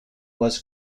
was